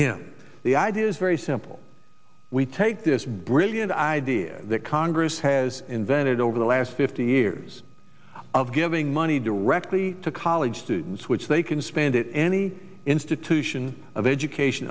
him the idea is very simple we take this brilliant idea that congress has invented over the last fifty years of giving money directly to college students which they can spend it any institution of education